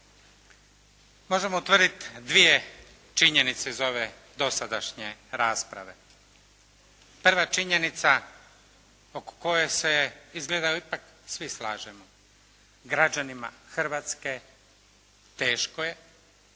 Možemo utvrditi dvije činjenice iz ove dosadašnje rasprave. Prva činjenica oko koje se izgleda ipak svi slažemo građanima Hrvatske teško je